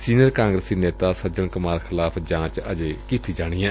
senior ਕਾਂਗਰਸੀ ਨੇਤਾ ਸੱਜਣ ਕੁਮਾਰ ਖਿਲਾਫ਼ ਜਾਂਚ ਅਜੇ ਕੀਤੀ ਜਾਣੀ ਏ